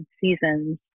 seasons